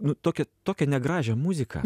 nu tokią tokią negražią muziką